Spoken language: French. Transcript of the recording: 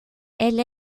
elle